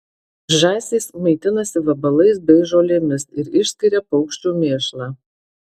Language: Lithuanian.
žąsys maitinasi vabalais bei žolėmis ir išskiria paukščių mėšlą